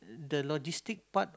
the logistic part